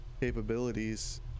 capabilities